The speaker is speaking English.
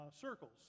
circles